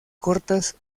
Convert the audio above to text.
cortas